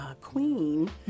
Queen